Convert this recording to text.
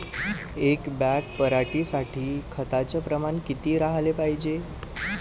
एक बॅग पराटी साठी खताचं प्रमान किती राहाले पायजे?